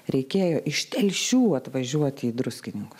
reikėjo iš telšių atvažiuoti į druskininkus